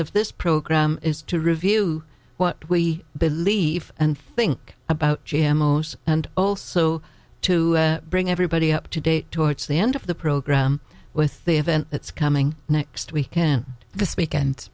of this program is to review what we believe and think about him most and also to bring everybody up to date towards the end of the program with the event that's coming next weekend this weekend